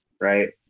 right